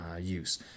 use